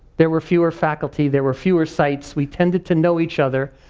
there were fewer faculty, there were fewer sites. we tended to know each other.